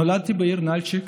נולדתי בעיר נלצ'יק